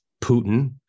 Putin